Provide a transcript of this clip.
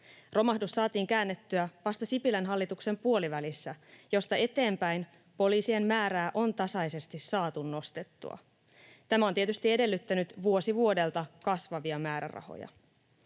Romahdus saatiin käännettyä vasta Sipilän hallituksen puolivälissä, josta eteenpäin poliisien määrää on tasaisesti saatu nostettua. Tämä on tietysti edellyttänyt vuosi vuodelta kasvavia määrärahoja.